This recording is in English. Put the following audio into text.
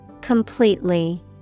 Completely